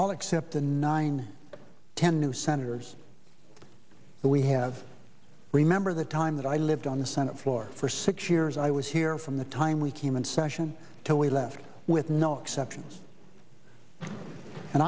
all except the nine ten new senators that we have remember the time that i lived on the senate floor for six years i was here from the time we came in session till we left with no exceptions and